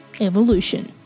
Evolution